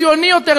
ציוני יותר,